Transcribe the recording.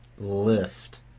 lift